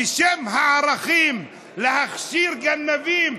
בשם הערכים להכשיר גנבים?